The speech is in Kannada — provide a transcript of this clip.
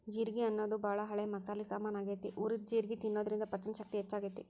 ಜೇರ್ಗಿ ಅನ್ನೋದು ಬಾಳ ಹಳೆ ಮಸಾಲಿ ಸಾಮಾನ್ ಆಗೇತಿ, ಹುರಿದ ಜೇರ್ಗಿ ತಿನ್ನೋದ್ರಿಂದ ಪಚನಶಕ್ತಿ ಹೆಚ್ಚಾಗ್ತೇತಿ